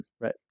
Right